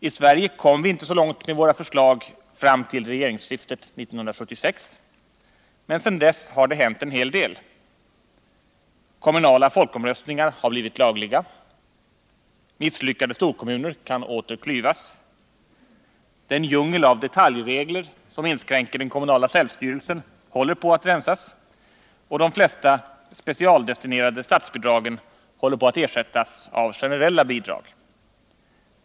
I Sverige kom vi inte så långt med våra förslag fram till regeringsskiftet 1976, men sedan dess har det hänt en hel del. Kommunala folkomröstningar har blivit lagliga. Misslyckade storkommuner kan åter klyvas. Den djungel av detaljregler som inskränker den kommunala självstyrelsen håller på att rensas, och de flesta specialdestinerade statsbidrag håller på att ersättas av generella bidrag.